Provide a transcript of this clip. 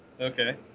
Okay